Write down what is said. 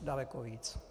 Daleko víc.